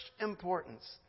importance